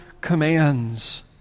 commands